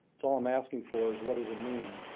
it's all i'm asking for is what does it mean.